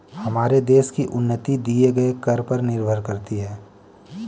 हमारे देश की उन्नति दिए गए कर पर निर्भर करती है